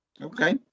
Okay